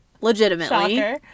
legitimately